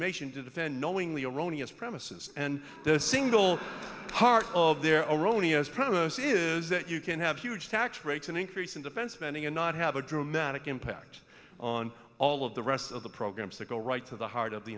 information to defend knowingly erroneous premises and the single part of their erroneous promise is that you can have huge tax rates an increase in defense spending and not have a dramatic impact on all of the rest of the programs that go right to the heart of the